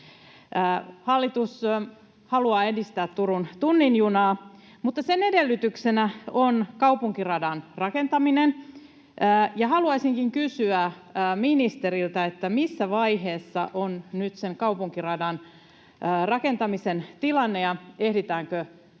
Hallitus haluaa edistää Turun tunnin junaa, mutta sen edellytyksenä on kaupunkiradan rakentaminen. Haluaisinkin kysyä ministeriltä, missä vaiheessa on nyt sen kaupunkiradan rakentamisen tilanne ja ehditäänkö se